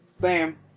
bam